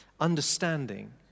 understanding